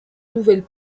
nouvelle